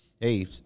Hey